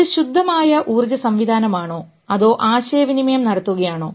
ഇത് ശുദ്ധമായ ഊർജ്ജ സംവിധാനമാണോ അതോ ആശയവിനിമയം നടത്തുകയാണോ